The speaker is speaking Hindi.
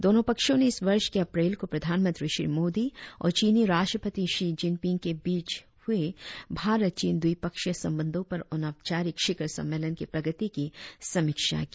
दोनों पक्षों ने इस वर्ष के अप्रैल को प्रधानमंत्री श्री मोदी और चीनी राष्ट्रपति षी जिनपिंग के बीच हुए भारत चीन द्विपक्षीय संबंधों पर अनौपचारिक शिखर सम्मेलन के प्रगति की समीक्षा की